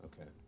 Okay